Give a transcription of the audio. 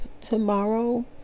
tomorrow